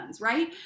right